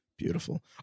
Beautiful